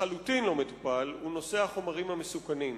לחלוטין לא מטופל, הוא החומרים המסוכנים.